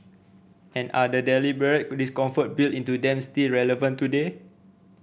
and are the deliberate discomfort built into them still relevant today